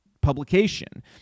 publication